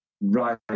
Right